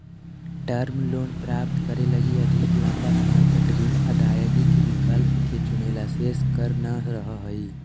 term loan प्राप्त करे लगी अधिक लंबा समय तक ऋण अदायगी के विकल्प के चुनेला शेष कर न रहऽ हई